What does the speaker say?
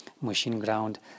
machine-ground